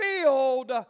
filled